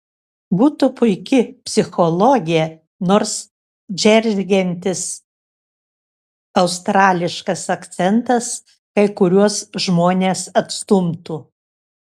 būtų puiki psichologė nors džeržgiantis australiškas akcentas kai kuriuos žmones atstumtų